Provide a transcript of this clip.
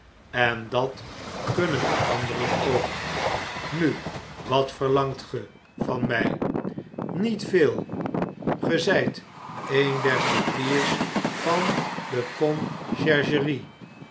en dat kunnen ancteren ook nu wat verlangt ge van my niet veel ge zyt een der cipiers van de